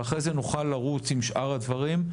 אחר כך נוכל לרוץ עם שאר הדברים.